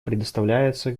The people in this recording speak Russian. предоставляется